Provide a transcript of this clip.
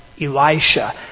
Elisha